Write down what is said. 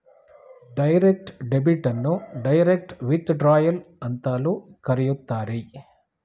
direct debit ಅನ್ನು direct withdrawal ಅಂತಲೂ ಕರೆಯುತ್ತಾರೆ